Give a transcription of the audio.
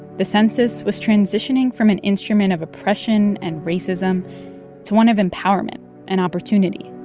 the census was transitioning from an instrument of oppression and racism to one of empowerment and opportunity,